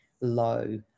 low